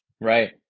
right